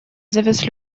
завез